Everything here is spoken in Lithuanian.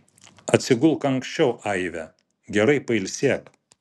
atsigulk anksčiau aive gerai pailsėk